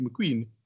McQueen